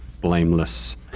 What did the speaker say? blameless